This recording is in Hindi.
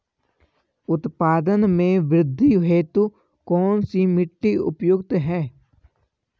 उत्पादन में वृद्धि हेतु कौन सी मिट्टी उपयुक्त है?